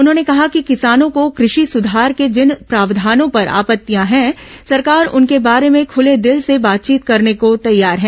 उन्होंने कहा कि किसानों को कृषि सुधार के जिन प्रावधानों पर आपत्तियां हैं सरकार उनके बारे में खूले दिल से बातचीत करने को तैयार है